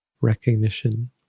recognition